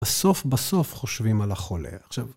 בסוף בסוף חושבים על החולה. עכשיו,